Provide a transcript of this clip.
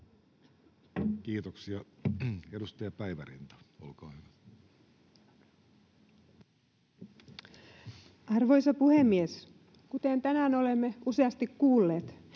Kiitoksia. — Edustaja Päivärinta, olkaa hyvä. Arvoisa puhemies! Kuten tänään olemme useasti kuulleet,